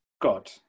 God